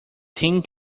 tin